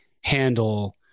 handle